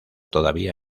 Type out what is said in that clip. todavía